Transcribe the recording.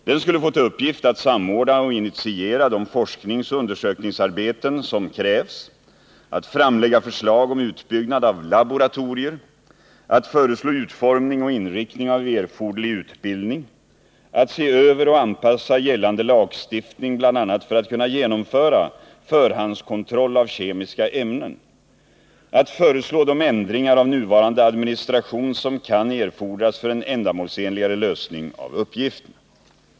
Den skulle få till uppgift att samordna och initiera de forskningsoch undersökningsarbeten som krävs, att framlägga förslag om utbyggnad av laboratorier, att föreslå utformning och inriktning av erforderlig utbildning, att se över och anpassa gällande lagstiftning, bl.a. för att kunna genomföra förhandskontroll av kemiska ämnen och att föreslå de ändringar av nuvarande administration som kan erfordras för en ändamålsenligare lösning av uppgifterna.